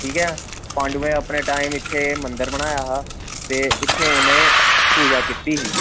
ठीक पांडवें अपने टाईम इत्थें मंदर बनाया हा ते इत्थें उनें पूजा कीती ही